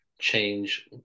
change